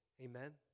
Amen